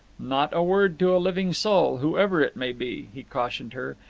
not a word to a living soul, whoever it may be, he cautioned her,